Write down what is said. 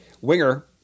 Winger